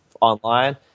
online